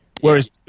Whereas